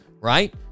right